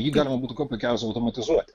jį galima būtų kuo puikiausiai automatizuoti